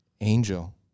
Angel